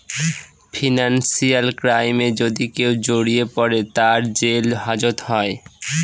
financial ক্রাইমে যদি কেউ জড়িয়ে পরে, তার জেল হাজত হয়